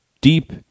deep